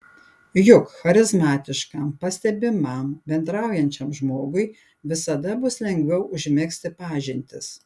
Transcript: juk charizmatiškam pastebimam bendraujančiam žmogui visada bus lengviau užmegzti pažintis